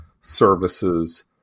services